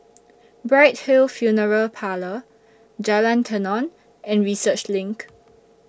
Bright Hill Funeral Parlour Jalan Tenon and Research LINK